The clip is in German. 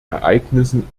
ereignissen